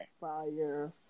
Fire